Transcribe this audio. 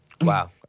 wow